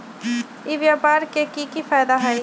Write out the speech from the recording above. ई व्यापार के की की फायदा है?